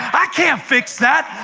i can't fix that.